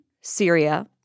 Syria